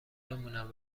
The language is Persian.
بمونم